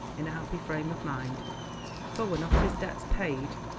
in a happy frame of mind for were not his debts paid,